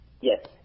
Yes